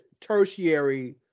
tertiary